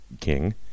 king